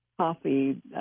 coffee